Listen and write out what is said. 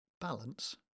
balance